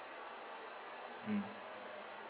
mm